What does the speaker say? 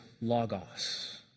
logos